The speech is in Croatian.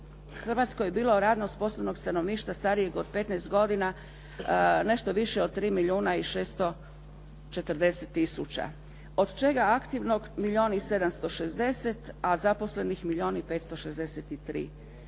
Hrvatskoj je bilo radno sposobnog stanovništva starijeg od 15 godina nešto više od 3 milijuna i 640 tisuća od čega aktivnog milijun 760 a zaposlenih milijun i 563.